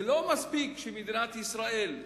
לא מספיק שמדינת ישראל,